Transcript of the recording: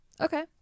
Okay